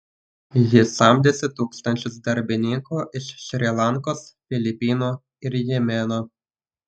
jis samdėsi tūkstančius darbininkų iš šri lankos filipinų ir jemeno